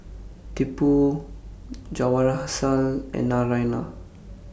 Tipu Jawaharlal and Narayana